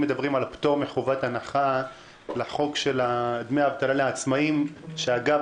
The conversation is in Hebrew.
אם מדברים על פטור מחובת הנחה להצעת חוק דמי אבטלה לעצמאים אגב,